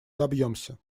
добьемся